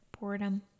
Boredom